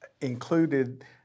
included